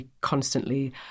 constantly